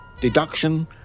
deduction